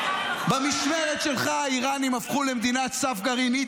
במשמרת שלך האיראנים הפכו למדינת מדינת סף גרעינית,